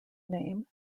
name